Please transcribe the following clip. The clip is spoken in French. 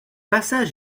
passage